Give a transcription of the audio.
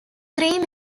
three